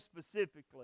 specifically